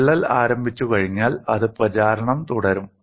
വിള്ളൽ ആരംഭിച്ചുകഴിഞ്ഞാൽ അത് പ്രചാരണം തുടരും